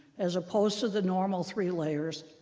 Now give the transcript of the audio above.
as opposed to the normal three layers,